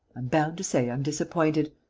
i'm bound to say, i'm disappointed.